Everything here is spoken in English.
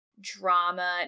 drama